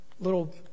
little